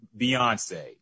Beyonce